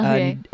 Okay